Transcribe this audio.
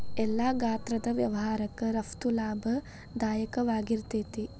ಎಲ್ಲಾ ಗಾತ್ರದ್ ವ್ಯವಹಾರಕ್ಕ ರಫ್ತು ಲಾಭದಾಯಕವಾಗಿರ್ತೇತಿ